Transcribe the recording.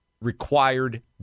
required